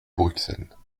bruxelles